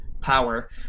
power